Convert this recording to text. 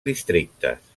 districtes